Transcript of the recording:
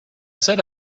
said